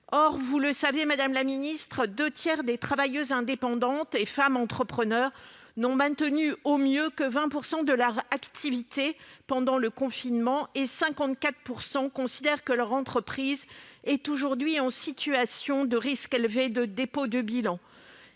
Or, vous le savez, madame la ministre, deux tiers des travailleuses indépendantes et des femmes entrepreneurs n'ont maintenu, au mieux, que 20 % de leur activité pendant le confinement, et 54 % considèrent que leur entreprise est aujourd'hui en situation de risque élevé de dépôt de bilan.